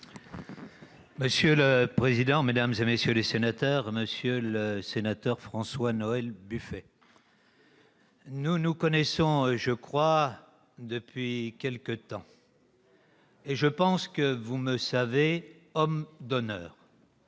Monsieur le président, mesdames, messieurs les sénateurs, monsieur le sénateur François-Noël Buffet, nous nous connaissons depuis quelque temps et je pense que vous me savez homme d'honneur.